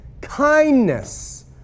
kindness